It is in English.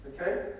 okay